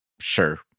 sure